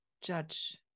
judge